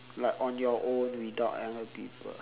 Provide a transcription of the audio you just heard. like on your own without other people